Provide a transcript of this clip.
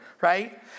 right